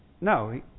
No